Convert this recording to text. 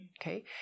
okay